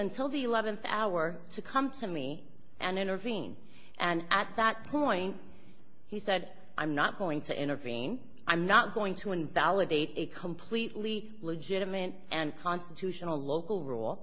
until the eleventh hour to come to me and intervene and at that point he said i'm not going to intervene i'm not going to invalidate it completely legitimate and constitutional local rule